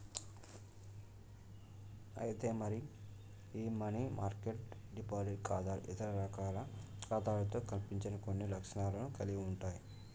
అయితే మరి ఈ మనీ మార్కెట్ డిపాజిట్ ఖాతాలు ఇతర రకాల ఖాతాలతో కనిపించని కొన్ని లక్షణాలను కలిగి ఉంటాయి